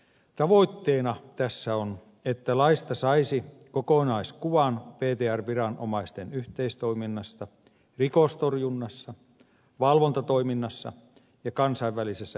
tavoitteena tässä on että laista saisi kokonaiskuvan ptr viranomaisten yhteistoiminnasta rikostorjunnassa valvontatoiminnassa ja kansainvälisessä yhteistyössä